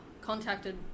contacted